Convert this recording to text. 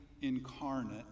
incarnate